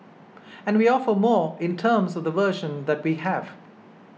and we offer more in terms of the version that we have